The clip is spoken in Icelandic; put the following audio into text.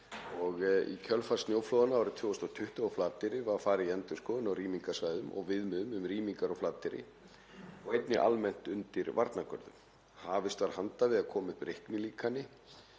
Í kjölfar snjóflóðanna árið 2020 á Flateyri var farið í endurskoðun á rýmingarsvæðum og viðmiðum um rýmingar á Flateyri og einnig almennt undir varnargörðum. Hafist var handa við að koma upp reiknilíkani